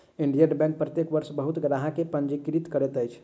Indian bank प्रत्येक वर्ष बहुत ग्राहक के पंजीकृत करैत अछि